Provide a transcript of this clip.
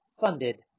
funded